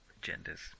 genders